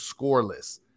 scoreless